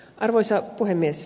arvoisa puhemies